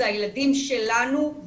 אלה הילדים שלנו,